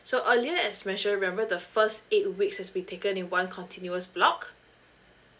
so earlier as mentioned remember the first eight weeks has to be taken in one continuous block